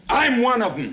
i'm one of you.